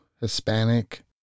Hispanic